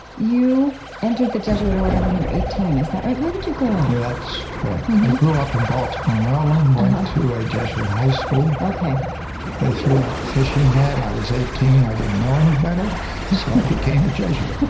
you entered the jesuit order when you were eighteen, is that right? where did you grow up? that's correct. i grew up in baltimore, maryland, went to a jesuit high school okay they threw out the fishing net. i was eighteen i didn't know any better. so i became a jesuit